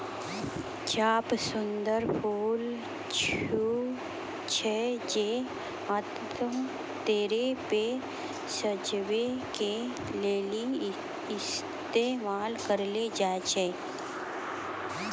चंपा सुंदर फूल छै जे आमतौरो पे सजाबै के लेली इस्तेमाल करलो जाय छै